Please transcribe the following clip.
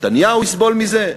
נתניהו יסבול מזה?